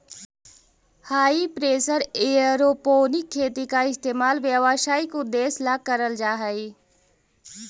हाई pressure aeroponic खेती का इस्तेमाल व्यावसायिक उद्देश्य ला करल जा हई